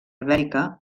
ibèrica